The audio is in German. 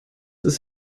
ist